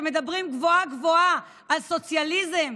שמדברים גבוהה-גבוהה על סוציאליזם,